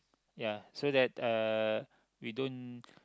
ya so that uh we don't